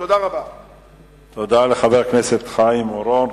תודה לחבר הכנסת חיים אורון.